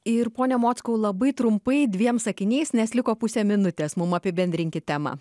ir pone mockau labai trumpai dviem sakiniais nes liko pusę minutės mum apibendrinkit temą